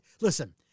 Listen